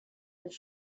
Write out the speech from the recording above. his